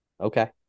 okay